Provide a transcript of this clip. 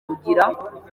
kugira